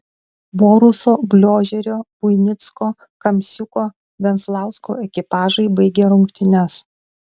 boruso gliožerio buinicko kamsiuko venslausko ekipažai baigė rungtynes